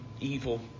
evil